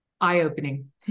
eye-opening